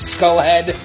Skullhead